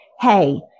hey